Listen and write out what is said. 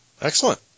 Excellent